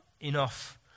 enough